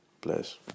bless